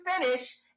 finish